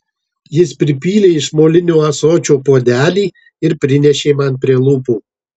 jis pripylė iš molinio ąsočio puodelį ir prinešė man prie lūpų